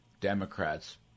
Democrats